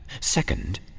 Second